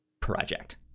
Project